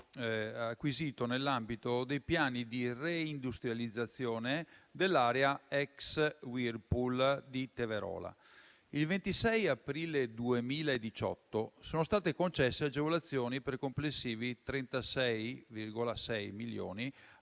acquisito nell'ambito dei piani di reindustrializzazione dell'area ex Whirlpool di Teverola. Il 26 aprile 2018 sono state concesse agevolazioni per complessivi 36,6 milioni